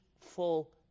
full